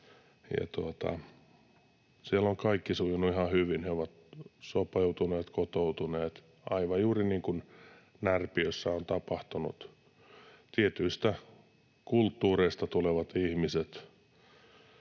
siellä on kaikki sujunut ihan hyvin. He ovat sopeutuneet, kotoutuneet, aivan juuri niin kuin Närpiössä on tapahtunut. Tietyistä kulttuureista tulevat ihmiset